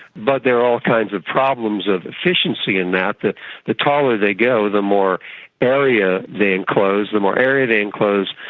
but there are all kinds of problems of efficiency in that. but the taller they go, the more area they enclose, and the more area they enclose,